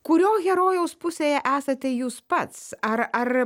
kurios herojaus pusėje esate jūs pats ar ar